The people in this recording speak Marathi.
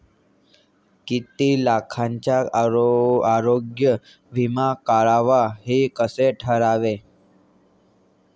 किती लाखाचा आरोग्य विमा काढावा हे कसे ठरवावे?